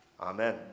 Amen